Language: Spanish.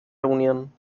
reunión